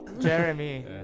Jeremy